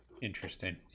Interesting